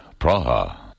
Praha